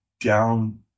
down